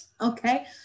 Okay